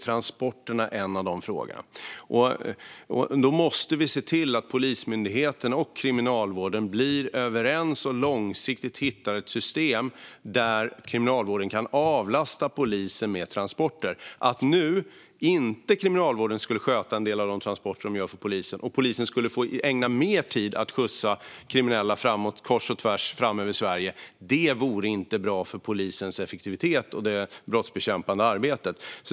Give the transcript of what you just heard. Transporter är en sådan fråga. Då måste vi se till att Polismyndigheten och Kriminalvården blir överens och långsiktigt hittar ett system där Kriminalvården kan avlasta polisen med transporter. Att Kriminalvården inte skulle sköta en del av transporterna för polisen nu och att polisen skulle få ägna mer tid åt att skjutsa kriminella kors och tvärs över Sverige vore inte bra för polisens effektivitet och det brottsbekämpande arbetet.